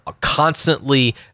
constantly